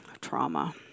trauma